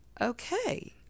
okay